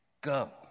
go